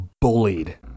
bullied